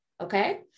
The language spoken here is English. okay